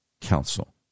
Council